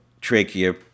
trachea